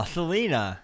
Selena